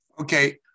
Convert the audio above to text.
Okay